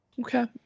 Okay